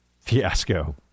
fiasco